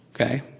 Okay